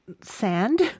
Sand